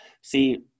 See